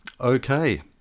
Okay